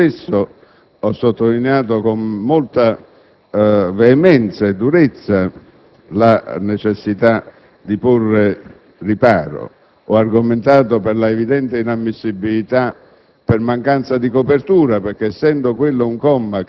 Nel dibattito sulla fiducia io stesso ho sottolineato con molta durezza la necessità di porre riparo, e ho argomentato l'inammissibilità